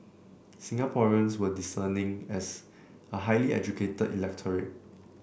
Singaporeans were discerning as a highly educated electorate